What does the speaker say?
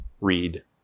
read